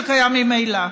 שקיים ממילא.